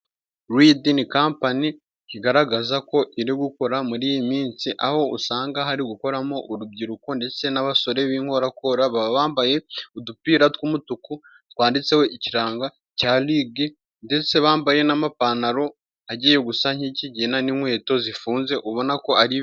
Ridi ni kapani igaragaza ko iri gukora muri iyi minsi, aho usanga hari gukoramo urubyiruko ndetse n'abasore b'inkorakoro, baba bambaye udupira tw'umutuku twanditseho, ikirango cya ridi ndetse bambaye n'amapantaro agiye gusa nk'ikigina n'inkweto zifunze ubona ko ari.